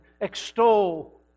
Extol